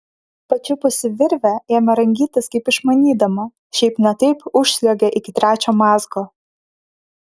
pačiupusi virvę ėmė rangytis kaip išmanydama šiaip ne taip užsliuogė iki trečio mazgo